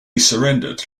surrendered